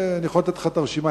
אני יכול לתת לך את הרשימה,